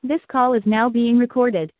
this call is now being recorded